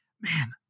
man